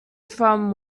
from